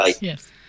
Yes